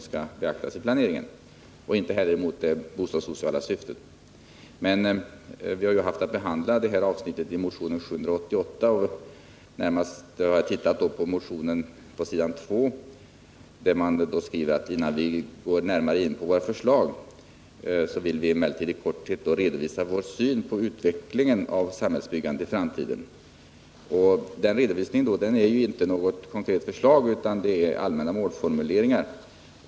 Inte heller har vi några invändningar mot det bostadssociala syftet. Vi har ju haft att behandla det här avsnittet i motionen 788. Jag har närmast sett på s. 2 i motionen där det bl.a. står: ”Innan vi går in närmare på våra förslag ——— vill vi emellertid i korthet redovisa vår syn på utvecklingen av samhällsutbyggnaden i framtiden.” Detta är inte något konkret förslag utan en allmän målformulering.